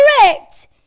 correct